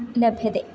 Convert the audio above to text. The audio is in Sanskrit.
लभ्यते